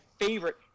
favorite